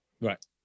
Right